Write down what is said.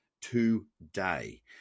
Today